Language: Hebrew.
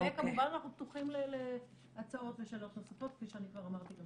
וכמובן אנחנו פתוחים להצעות ושאלות נוספות כפי שאני כבר אמרתי גם